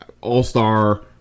all-star